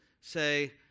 say